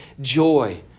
joy